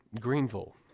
Greenville